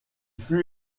fut